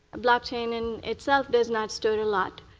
blockchain in itself does not store a lot.